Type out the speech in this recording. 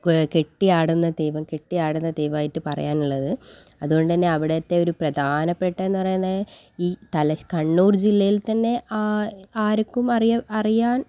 കെട്ടി ആടുന്ന ദൈവം കെട്ടി ആടുന്ന ദൈവമായിട്ട് പറയാനുള്ളത് അതുകൊണ്ടുതന്നെ അവിടത്തെ ഒരു പ്രധാനപ്പെട്ടതെന്നു പറയുന്ന ഈ കണ്ണൂർ ജില്ലയിൽ തന്നെ ആ ആർക്കും അറിയാൻ